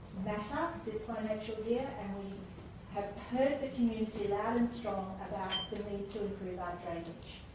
matter this financial year and we have heard the community loud and strong about the need to improve our drainage.